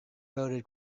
voted